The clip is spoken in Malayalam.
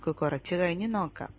നമുക്ക് കുറച്ച് കഴിഞ്ഞ് നോക്കാം